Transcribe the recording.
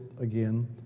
again